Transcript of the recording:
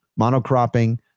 monocropping